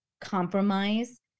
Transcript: compromise